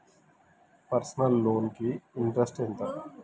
Personal loan కి interest ఎంత?